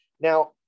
now